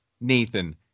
Nathan